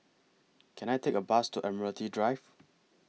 Can I Take A Bus to Admiralty Drive